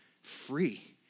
free